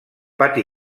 pati